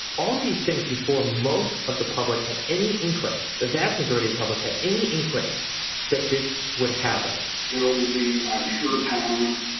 all of these things before most of the public had any inkling. the vast majority, the public had any inkling that this would happen there will be i'm sure at times